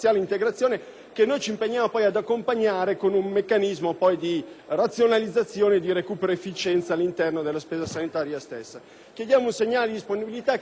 che ci impegniamo ad accompagnare ad un meccanismo di razionalizzazione e di recupero di efficienza all'interno della spesa sanitaria stessa. Chiediamo un segnale di disponibilità che penso sia